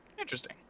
Interesting